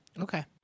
Okay